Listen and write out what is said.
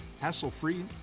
hassle-free